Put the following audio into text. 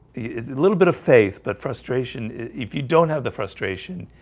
it's a little bit of faith, but frustration if you don't have the frustration,